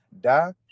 die